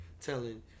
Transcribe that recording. telling